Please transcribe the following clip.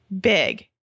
big